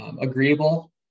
agreeable